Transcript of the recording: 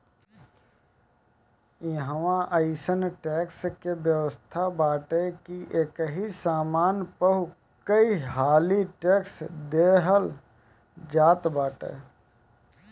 इहवा अइसन टेक्स के व्यवस्था बाटे की एकही सामान पअ कईहाली टेक्स देहल जात बाटे